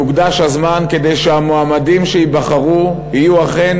יוקדש הזמן כדי שהמועמדים שייבחרו יהיו אכן